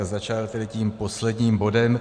Začal bych tedy tím posledním bodem.